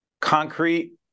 concrete